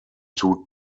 two